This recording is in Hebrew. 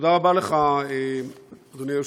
תודה רבה לך, אדוני היושב-ראש,